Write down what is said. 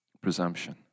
Presumption